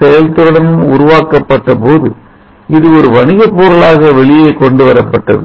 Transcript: செயல்திறனுடன் உருவாக்கப்பட்டபோது இது ஒரு வணிகப் பொருளாக வெளியே கொண்டு வரப்பட்டது